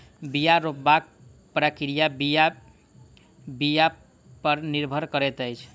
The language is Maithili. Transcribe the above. बीया रोपबाक प्रक्रिया बीया बीया पर निर्भर करैत अछि